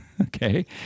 okay